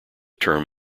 term